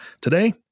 Today